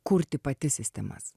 kurti pati sistemas